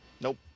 Nope